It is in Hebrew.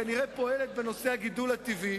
כנראה היא פועלת בנושא הגידול הטבעי